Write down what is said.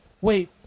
Wait